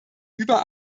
über